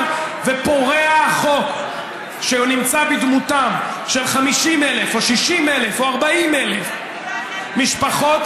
ופורע החוק שנמצא בדמותם של 50,000 או 60,000 או 40,000 משפחות